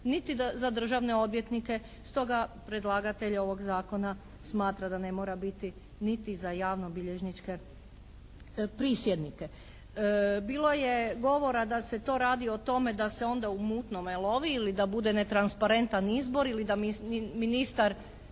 niti za državne odvjetnike. Stoga, predlagatelj ovog zakona smatra da ne mora biti niti za javnobilježničke prisjednike. Bilo je govora da se to radi o tome da se onda u mutnome lovi ili da bude netransparentan izbor ili da ministar